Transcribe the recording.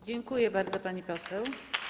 Dziękuję bardzo, pani poseł.